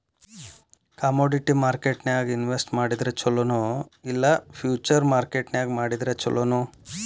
Commodity ಮಾರ್ಕೆಟ್ನ್ಯಾಗ್ invest ಮಾಡಿದ್ರ ಛೊಲೊ ನೊ ಇಲ್ಲಾ ಫ್ಯುಚರ್ ಮಾರ್ಕೆಟ್ ನ್ಯಾಗ್ ಮಾಡಿದ್ರ ಛಲೊನೊ?